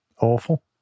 Awful